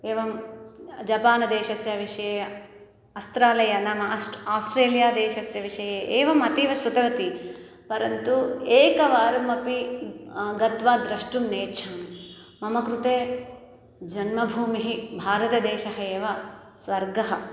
एवं जपान् देशस्य विषये अस्त्रालयः नाम आस्ट् आस्ट्रेलियादेशस्य विषये एवम् अतीव श्रुतवती परन्तु एकवारमपि गत्वा द्रष्टुं नेच्छामि मम कृते जन्मभूमिः भारतदेशः एव स्वर्गः